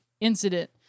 incident